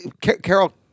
Carol